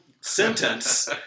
sentence